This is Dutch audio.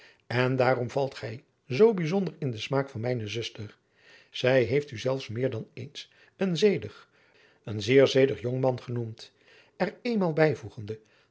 en daarom valt gij zoo bijzonder in den smaak van mijne adriaan loosjes pzn het leven van maurits lijnslager zuster zij heeft u zelfs meer dan eens een zedig een zeer zedig jongman genoemd er eenmaal